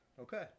Okay